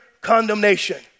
condemnation